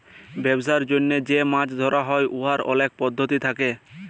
ব্যবসার জ্যনহে যে মাছ ধ্যরা হ্যয় উয়ার অলেক পদ্ধতি থ্যাকে